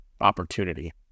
opportunity